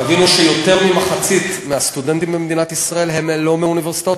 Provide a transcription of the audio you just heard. תבינו שיותר ממחצית הסטודנטים במדינת ישראל הם לא מאוניברסיטאות,